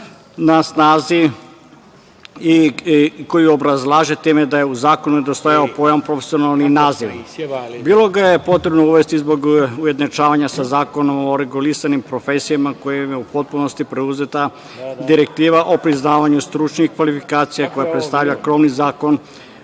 na snazi i koji obrazlaže teme da je u zakonu nedostajao pojam „profesionalni naziv“.Bilo ga je potrebno uvesti zbog ujednačavanja za Zakonom o regulisanim profesijama, kojim je u potpunosti preuzeta direktiva o priznavanju stručnih kvalifikacija, koja predstavlja krovni zakon